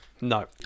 No